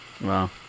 Wow